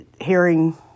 hearing